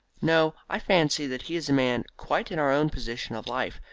no, i fancy that he is a man quite in our own position of life,